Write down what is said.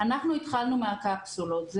אנחנו התחלנו מהקפסולות.